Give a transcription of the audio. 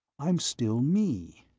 i'm still me.